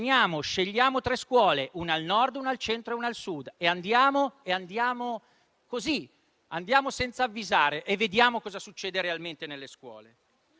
Termino con due richieste.